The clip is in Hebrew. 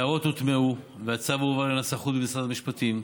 ההערות הוטמעו, והצו הועבר לנסחות במשרד המשפטים.